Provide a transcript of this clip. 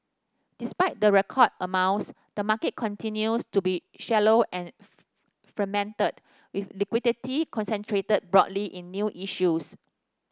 despite the record amounts the market continues to be shallow and fragmented with liquidity concentrated broadly in new issues